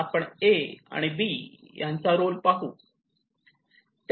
आपण ए आणि बी यांचा रोल पाहू शकतो